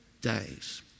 days